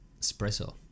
espresso